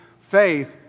faith